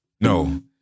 No